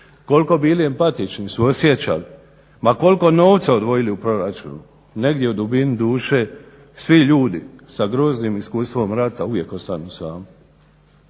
koliko bili empatični, suosjećali, ma koliko novca odvojili u proračunu negdje u dubini duše svi ljudi sa groznim iskustvom rata uvijek ostanu sami.